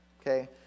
okay